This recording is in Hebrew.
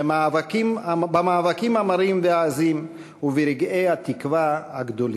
במאבקים המרים והעזים וברגעי התקווה הגדולים.